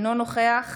אינו נוכח